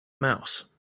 mouse